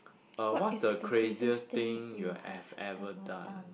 uh what's the craziest thing you have ever done